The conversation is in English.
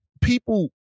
people